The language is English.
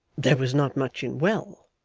there was not much in well.